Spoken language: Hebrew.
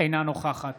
אינה נוכחת